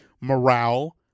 morale